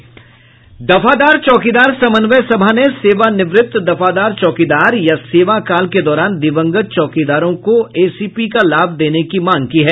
दफादार चौकीदार समन्वय सभा ने सेवानिवृत्त दफादार चौकीदार या सेवाकाल के दौरान दिवंगत चौकीदारों के एसीपी को लाभ देने की मांग की है